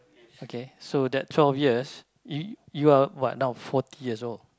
okay so that twelve years you you are what now forty years old